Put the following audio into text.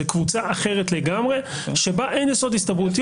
זה קבוצה אחרת לגמרי שבה אין יסוד הסתברותי,